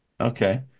Okay